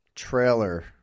trailer